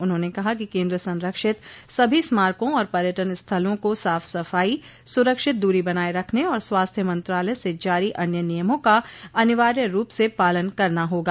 उन्होंने कहा कि केन्द्र संरक्षित सभी स्मारकों और पर्यटन स्थलों को साफ सफाई सुरक्षित दूरी बनाये रखने और स्वास्थ्य मंत्रालय से जारी अन्य नियमों का अनिवार्य रूप से पालन करना होगा